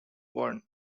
one